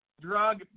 drug